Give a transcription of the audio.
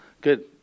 Good